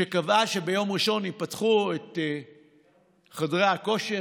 שקבעה שביום ראשון ייפתחו חדרי הכושר,